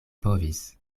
povis